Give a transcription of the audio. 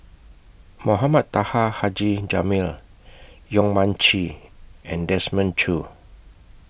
Mohamed Taha Haji Jamil Yong Mun Chee and Desmond Choo